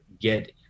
get